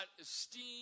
esteem